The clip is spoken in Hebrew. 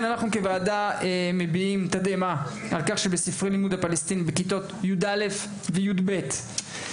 אנחנו מביעים תדהמה נוכח העובדה שבכיתות יא׳ ו-יב׳